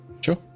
Sure